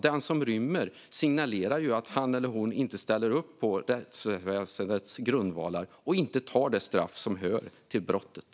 Den som rymmer signalerar också att han eller hon inte ställer upp på rättsväsendets grundvalar och inte tar det straff som är en följd av brottet.